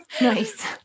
Nice